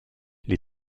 les